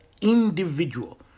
individual